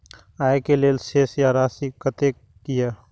आय के लेल शेष राशि कतेक या?